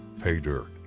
pay dirt.